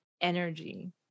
energy